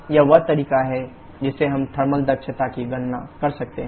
तो यह वह तरीका है जिससे हम थर्मल दक्षता की गणना कर सकते हैं